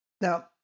Now